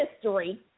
history